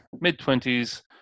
mid-twenties